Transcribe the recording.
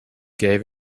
gave